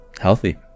healthy